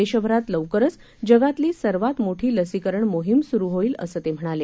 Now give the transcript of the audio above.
देशभरात लवकरच जगातली सर्वात मोठी लसीकरण मोहीम स्रु होईल असं ते म्हणाले